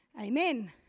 amen